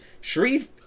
Sharif